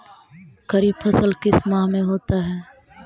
खरिफ फसल किस माह में होता है?